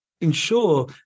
ensure